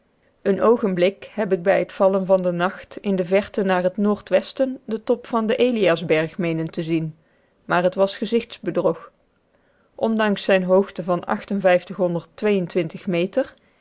een oogenblik heb ik bij t vallen van den nacht in de verte naar het noordwesten den top van den eliasberg meenen te zien maar het was gezichtsbedrog ondanks zijne hoogte van meter